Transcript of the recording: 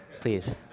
please